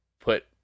put